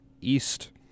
east